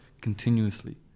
continuously